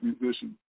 musician